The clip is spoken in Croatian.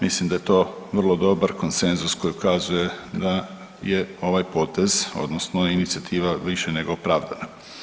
Mislim da je to vrlo dobar konsenzus koji ukazuje da je ovaj potez odnosno inicijativa više nego opravdana.